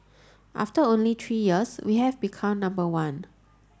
after only three years we've become number one